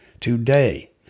today